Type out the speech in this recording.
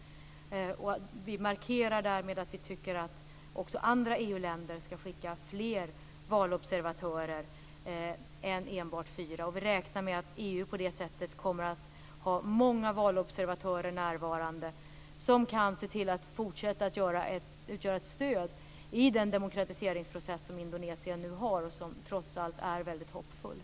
Vi markerar därmed att vi tycker att också andra EU-länder skall skicka fler valobservatörer än enbart fyra. Vi räknar med att EU på det sättet kommer att ha många valobservatörer närvarande som kan fortsätta att utgöra ett stöd i den demokratiseringsprocess som nu finns i Indonesien och som trots allt är väldigt hoppfull.